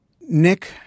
Nick